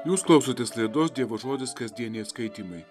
jūs klausotės laidos dievo žodis kasdieniai skaitymai